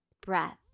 breath